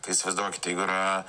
tai įsivaizduokit jeigu yra